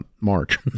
March